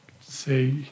say